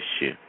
issue